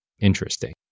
interesting